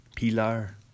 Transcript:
Pilar